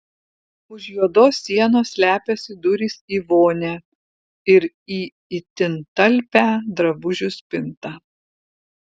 už juodos sienos slepiasi durys į vonią ir į itin talpią drabužių spintą